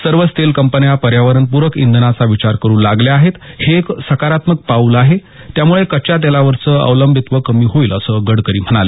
सर्वच तेल कंपन्या पर्यावरणपूरक इंधनाचा विचार करू लागल्या आहेत हे एक सकारात्मक पाऊल आहे त्यामुळे कच्च्या तेलावरचं अवलंबित्व कमी होईल असंही गडकरी म्हणाले